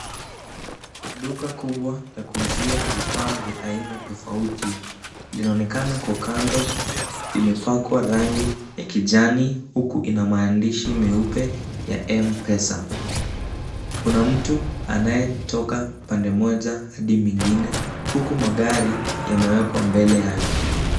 Duka kubwa la kuuzia vifaa tofauti tofauti. Linaonekana kwa kando limepakwa rangi ya kijani huku ina maandishi meupe ya M-Pesa. Kuna mtu anayetoka pande moja hadi mwingin huku magari yamewekwa mbele yake.